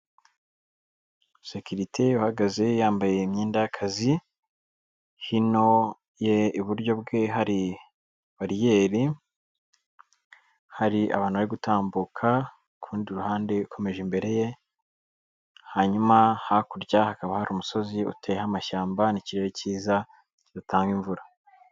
Sekirite uhagaze yambaye imyenda y'akazi, hino ye iburyo bwe hari bariyeri, hari abantu bari gutambuka ku rundi ruhande ukomeje imbere ye, hanyuma hakurya hakaba hari umusozi uteyeho amashyamba n'ikirere cyiza kidatanga imvura.